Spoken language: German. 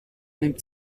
nimmt